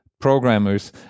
programmers